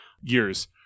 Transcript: years